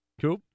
Cool